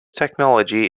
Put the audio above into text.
technology